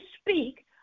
speak